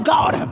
God